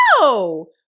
No